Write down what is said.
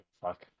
fuck